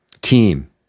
team